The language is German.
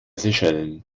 seychellen